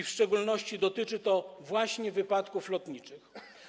W szczególności dotyczy to właśnie wypadków lotniczych.